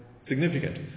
significant